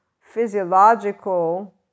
physiological